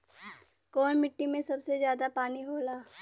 कौन मिट्टी मे सबसे ज्यादा पानी होला?